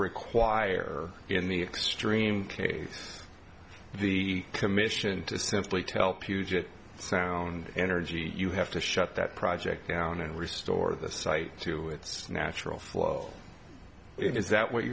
require in the extreme case the commission to simply tell puget sound energy you have to shut that project down and restore the site to its natural flow is that what